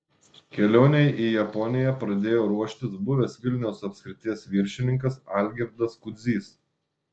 kelionei į japoniją pradėjo ruoštis buvęs vilniaus apskrities viršininkas algirdas kudzys